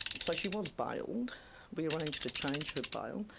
so she was bailed. we arranged to change her bail.